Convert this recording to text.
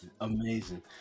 amazing